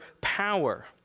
power